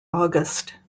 august